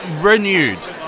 Renewed